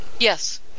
Yes